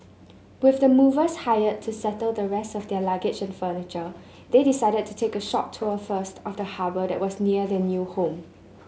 with the movers hired to settle the rest of their luggage and furniture they decided to take a short tour first of the harbour that was near their new home